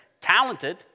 Talented